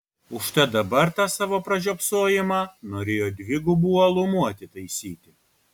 užtat dabar tą savo pražiopsojimą norėjo dvigubu uolumu atitaisyti